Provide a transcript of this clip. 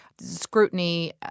scrutiny